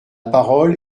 parole